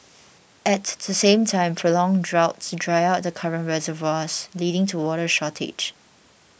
at the same time prolonged droughts dry out the current reservoirs leading to water shortage